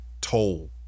toll